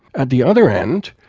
at the other end,